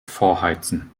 vorheizen